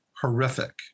horrific